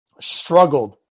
struggled